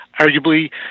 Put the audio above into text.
arguably